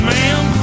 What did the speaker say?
Ma'am